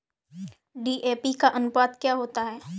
DAP का अनुपात क्या होता है?